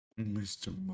Mr